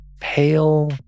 pale